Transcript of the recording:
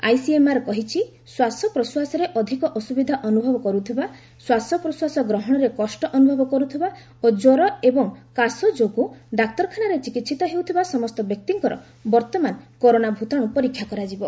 ICMR କହିଛି ଶ୍ୱାସପ୍ରଶ୍ୱାସରେ ଅଧିକ ଅସୁବିଧା ଅନୁଭବ କରୁଥିବା ଶ୍ୱାସପ୍ରଶ୍ୱାସ ଗ୍ରହଣରେ କଷ୍ଟ ଅନୁଭବ କରୁଥିବା ଓ ଜ୍ୱର ଏବଂ କାଶ ଯୋଗୁଁ ଡାକ୍ତରଖାନାରେ ଚିକିହିତ ହେଉଥିବା ସମସ୍ତ ବ୍ୟକ୍ତିଙ୍କର ବର୍ତ୍ତମାନ କରୋନା ଭୂତାଣୁ ପରୀକ୍ଷା କରାଯିବ